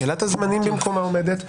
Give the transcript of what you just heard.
שאלת הזמנים במקומה עומדת.